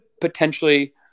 potentially